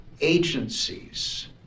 agencies